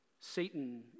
Satan